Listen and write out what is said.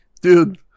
Dude